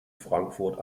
frankfurt